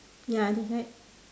ya that is right